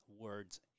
words